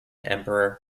emperor